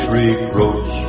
reproach